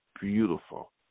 beautiful